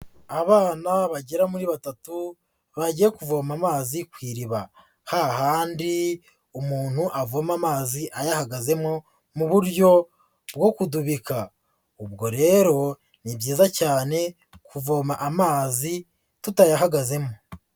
Abana bagera muri batatu bagiye kuvoma amazi ku iriba, hahandi umuntu avoma amazi ayahagazemo mu buryo bwo kudubika. Ubwo rero ni byiza cyane kuvoma amazi tutayahagazemo.